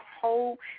whole